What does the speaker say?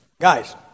Guys